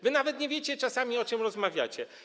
Wy nawet nie wiecie czasami, o czym rozmawiacie.